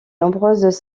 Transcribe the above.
nombreuses